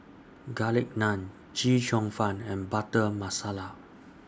Garlic Naan Chee Cheong Fun and Butter Masala